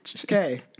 Okay